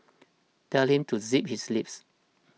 tell him to zip his lips